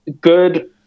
good